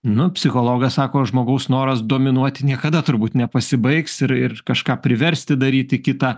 nu psichologas sako žmogaus noras dominuoti niekada turbūt nepasibaigs ir ir kažką priversti daryti kitą